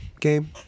game